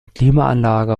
klimaanlage